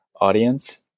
audience